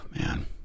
man